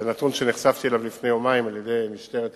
זה נתון שנחשפתי אליו לפני יומיים על-ידי משטרת התנועה,